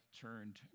turned